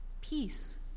peace